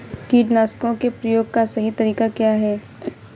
कीटनाशकों के प्रयोग का सही तरीका क्या है?